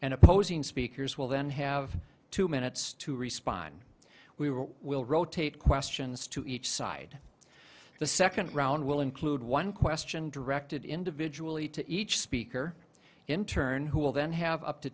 and opposing speakers will then have two minutes to respond we were will rotate questions to each side the second round will include one question directed individually to each speaker in turn who will then have up to